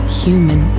human